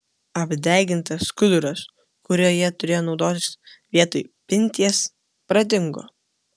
apdegintas skuduras kuriuo jie turėjo naudotis vietoj pinties pradingo